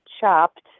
chopped